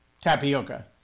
tapioca